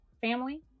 family